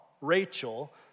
Rachel